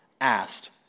asked